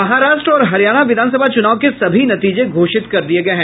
महाराष्ट्र और हरियाणा विधानसभा चुनाव के सभी नतीजे घोषित कर दिये गये हैं